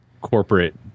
corporate